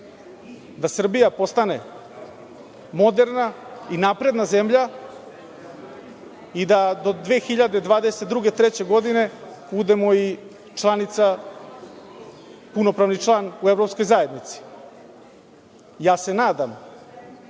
da Srbija postane moderna i napredna zemlja, i da do 2022. i 2023. godine, budemo i članica punopravni član u Evropskoj zajednici. Nadam